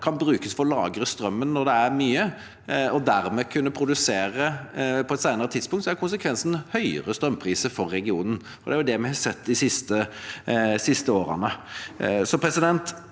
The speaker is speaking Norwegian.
kan brukes for å lagre strømmen når det er mye, og dermed kunne produsere på et senere tidspunkt, er konsekvensen høyere strømpriser for regionen. Det er det vi har sett de siste årene. Grunnen